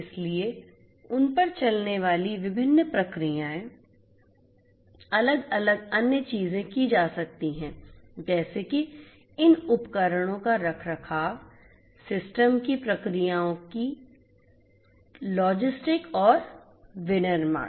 इसलिए उन पर चलने वाली विभिन्न प्रक्रियाएं अलग अलग अन्य चीजें की जा सकती हैं जैसे कि इन उपकरणों का रखरखाव सिस्टम की प्रक्रियाओं लॉजिस्टिक्स और विनिर्माण